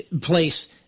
place